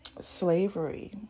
slavery